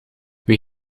wie